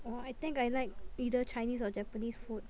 !wah! I think I like either Chinese or Japanese food